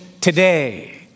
today